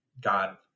God